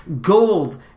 Gold